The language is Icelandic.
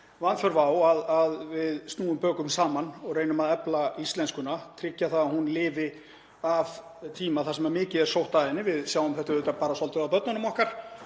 vanþörf á að við snúum bökum saman og reynum að efla íslenskuna, tryggja það að hún lifi af tíma þar sem mikið er sótt að henni. Við sjáum það auðvitað svolítið á börnunum okkar